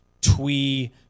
twee